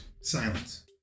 silence